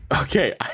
Okay